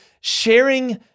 sharing